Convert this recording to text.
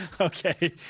Okay